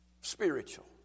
spiritual